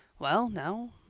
well now,